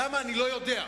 למה אני לא יודע,